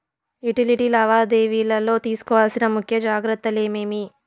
Utility లావాదేవీల లో తీసుకోవాల్సిన ముఖ్య జాగ్రత్తలు ఏమేమి?